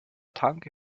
tanke